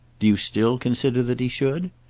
do you still consider that he should?